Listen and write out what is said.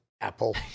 Apple